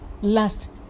last